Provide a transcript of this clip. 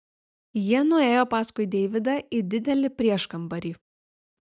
jie nuėjo paskui deividą į didelį prieškambarį